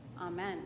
Amen